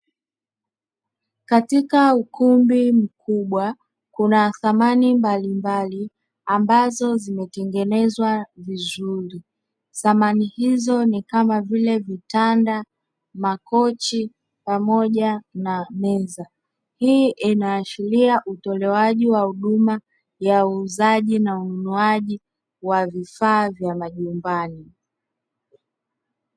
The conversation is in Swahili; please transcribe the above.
Katika ukumbi mkubwa kuna samani mbalimbali, ambazo zimetengenezwa vizuri, samani hizo ni kama vile vitanda, makochi pamoja na meza, hii inaashiria utolewaji wa huduma ya uuzaji na ununuaji wa vifaa vya majumbani.